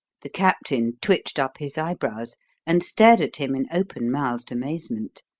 the captain twitched up his eyebrows and stared at him in open-mouthed amazement.